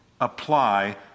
apply